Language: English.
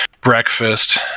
breakfast